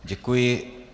Děkuji.